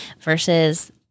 versus